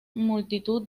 multitud